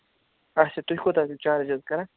اَچھا تُہۍ کوٗتاہ حظ چھُو چارٕج حظ کَران